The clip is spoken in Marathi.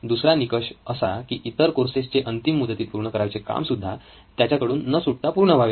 दुसरा निकष असा की इतर कोर्सेसचे अंतिम मुदतीत पूर्ण करावयाचे काम सुद्धा त्याच्याकडून न सुटता पूर्ण व्हावे